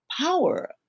power